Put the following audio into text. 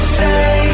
say